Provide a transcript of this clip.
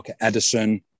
Edison